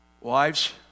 wives